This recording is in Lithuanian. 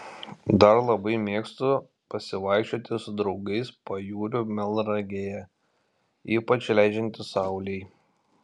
dar labai mėgstu pasivaikščioti su draugais pajūriu melnragėje ypač leidžiantis saulei